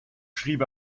schrieb